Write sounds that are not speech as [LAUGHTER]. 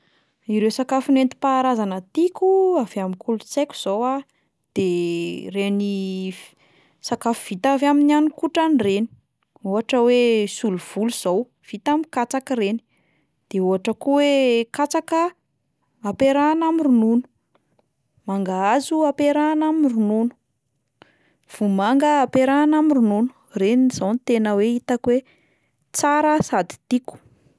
Ireo sakafo nentim-paharazana tiako avy amin'ny kolontsaiko zao a, de [HESITATION] ireny f- sakafo vita avy amin'ny haninkotrana ireny, ohatra hoe solovolo zao vita amin'ny katsaka ireny, de ohatra koa hoe katsaka ampiarahana amin'ny ronono, mangahazo ampiarahana amin'ny ronono, vomanga ampiarahana amin'ny ronono, ireny zao tena hoe hitako hoe tsara sady tiako.